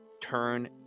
turn